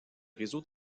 réseau